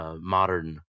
modern